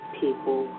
people